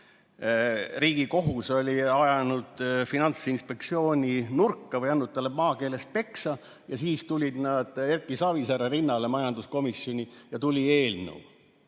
Riigikohus oli ajanud Finantsinspektsiooni nurka või andnud talle, maakeeles öeldes, peksa ja siis tulid nad Erki Savisaare rinnale rahanduskomisjoni ja tuli eelnõu